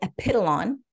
Epitalon